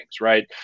Right